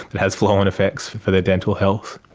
it has flow-on effects for their dental health.